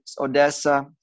Odessa